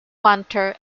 punter